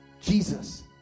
Jesus